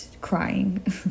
crying